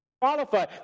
qualify